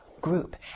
group